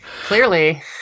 Clearly